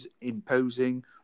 imposing